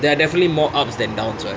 there are definitely more ups than downs [what]